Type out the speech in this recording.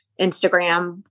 Instagram